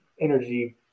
energy